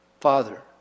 father